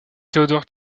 théodore